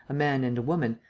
a man and a woman,